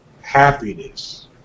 happiness